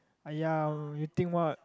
!aiya! you think what